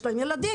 יש להם ילדים.